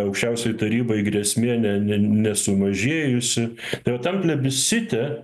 aukščiausiai tarybai grėsmė ne ne nesumažėjusi retam plebiscite